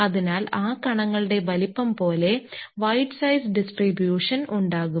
അതിനാൽ ആ കണങ്ങളുടെ വലിപ്പം പോലെ വൈഡ് സൈസ് ഡിസ്ട്രിബ്യൂഷൻ ഉണ്ടാകും